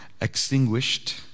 extinguished